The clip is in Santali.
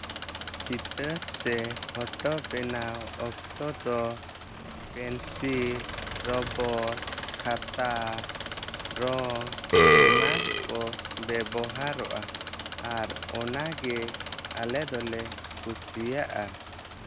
ᱪᱤᱛᱟᱹᱨ ᱥᱮ ᱯᱷᱳᱴᱳ ᱵᱮᱱᱟᱣ ᱚᱠᱛᱚ ᱫᱚ ᱯᱮᱱᱥᱤᱞ ᱨᱚᱵᱟᱨ ᱠᱷᱟᱛᱟ ᱨᱚᱝ ᱮᱢᱟᱱ ᱠᱚ ᱵᱮᱵᱚᱦᱟᱨᱚᱜᱼᱟ ᱟᱨ ᱚᱱᱟᱜᱮ ᱟᱞᱮ ᱫᱚᱞᱮ ᱠᱩᱥᱤᱭᱟᱜᱼᱟ